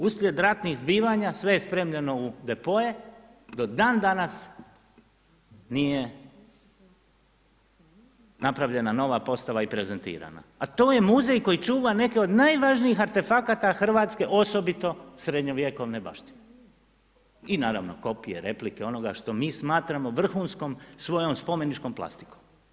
Uslijed ratnih zbivanja sve je spremljeno u depoe, do dandanas nije napravljena nova postava i prezentirana, a to je muzej koji čuva neke od najvažniji artefakata Hrvatske osobito srednjovjekovne baštine i naravno kopije, replike onoga što mi smatramo vrhunskom svojom spomeničkom plastikom.